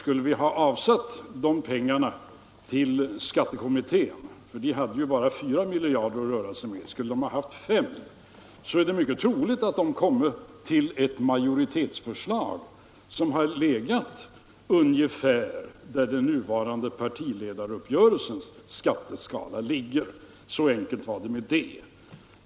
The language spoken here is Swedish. Skulle vi ha avsatt de pengarna till skattekommittén och denna alltså hade haft 5 miljarder till sitt förfogande — den hade ju nu bara 4 miljarder att röra sig med — så är det troligt att den kommit fram till ett majoritetsförslag som legat ungefär där den nuvarande partiledaruppgörelsens skatteskala ligger. Så enkelt var det med det.